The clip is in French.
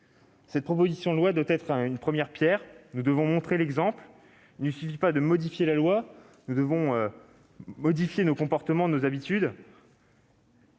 Cette proposition de loi doit être une première pierre, nous devons montrer l'exemple. Il ne suffit pas de modifier la loi, nous devons modifier nos comportements, nos habitudes.